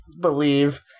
believe